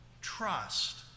trust